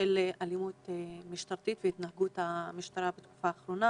אלימות המשטרה והתנהגות המשטרה בתקופה האחרונה.